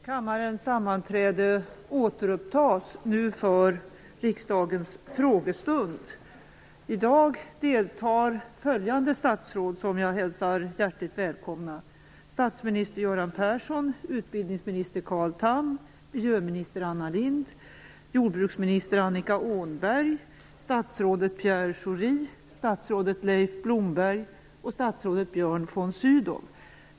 Kammarens sammanträde återupptas för riksdagens frågestund. I dag deltar följande statsråd, som jag hälsar hjärtligt välkomna: statsminister Göran Persson, utbildningsminister Carl Tham, miljöminister Anna Lindh, jordbruksminister Annika Åhnberg, statsrådet Pierre Schori, statsrådet Leif Blomberg och statsrådet Björn von Sydow.